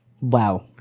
Wow